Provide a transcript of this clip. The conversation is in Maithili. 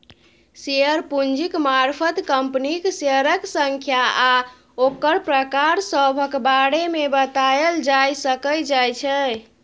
शेयर पूंजीक मारफत कंपनीक शेयरक संख्या आ ओकर प्रकार सभक बारे मे बताएल जाए सकइ जाइ छै